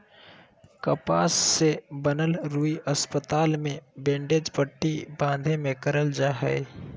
कपास से बनल रुई अस्पताल मे बैंडेज पट्टी बाँधे मे करल जा हय